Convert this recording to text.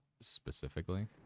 specifically